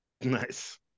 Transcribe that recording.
Nice